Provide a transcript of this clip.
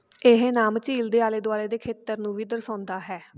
ਇਹ ਨਾਮ ਝੀਲ ਦੇ ਆਲੇ ਦੁਆਲੇ ਦੇ ਖੇਤਰ ਨੂੰ ਵੀ ਦਰਸਾਉਂਦਾ ਹੈ